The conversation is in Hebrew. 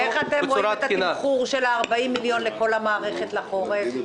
ואיך אתם רואים את התמחור של ה-40 מיליון לכל המערכת לחורף?